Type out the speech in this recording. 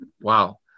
wow